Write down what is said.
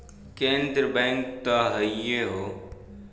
केन्द्र बैंक त हइए हौ